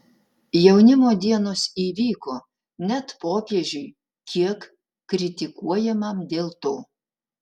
jaunimo dienos įvyko net popiežiui kiek kritikuojamam dėl to